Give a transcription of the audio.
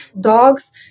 dogs